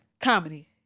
Comedy